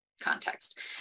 context